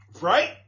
Right